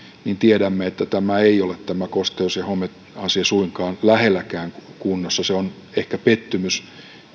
niin tiedämme että tämä kosteus ja homeasia ei ole suinkaan lähelläkään kunnossa se on ehkä pettymys